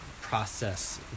process